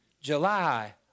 July